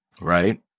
Right